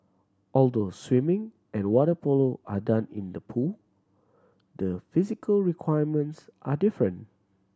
although swimming and water polo are done in the pool the physical requirements are different